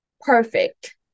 perfect